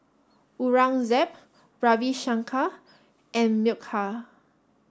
Aurangzeb Ravi Shankar and Milkha